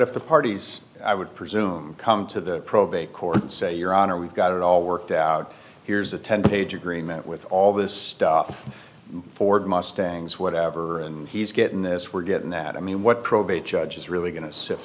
if the parties i would presume come to the probate court and say your honor we've got it all worked out here's a ten page agreement with all this stuff ford mustangs whatever and he's getting this we're getting that i mean what probate judge is really